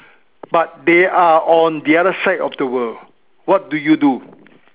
but they are on the other side of the world what do you do